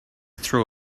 throw